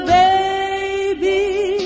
baby